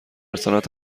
صنعت